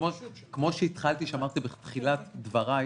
כמו שאמרתי בתחילת דברי,